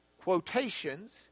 quotations